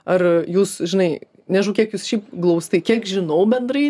ar jūs žinai nežinau kiek jūs šiaip glaustai kiek žinau bendrai